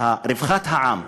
רווחת העם,